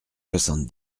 soixante